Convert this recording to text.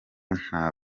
nta